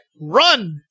Run